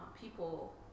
people